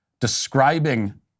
describing